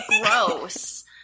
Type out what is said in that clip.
gross